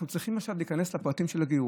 אנחנו צריכים עכשיו להיכנס לפרטים של הגיור.